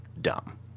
dumb